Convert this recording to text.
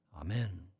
Amen